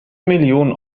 millionen